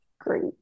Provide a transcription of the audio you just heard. great